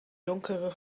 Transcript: donkere